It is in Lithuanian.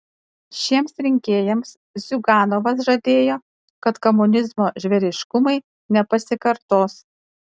šiems rinkėjams ziuganovas žadėjo kad komunizmo žvėriškumai nepasikartos